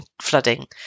flooding